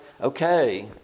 okay